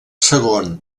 segon